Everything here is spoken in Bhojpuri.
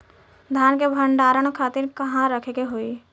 धान के भंडारन खातिर कहाँरखे के होई?